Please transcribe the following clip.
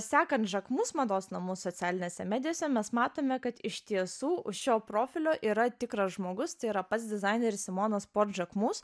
sekant jacquemus mados namų socialinėse medijose mes matome kad iš tiesų už šio profilio yra tikras žmogus tai yra pats dizaineris simonas port žakmus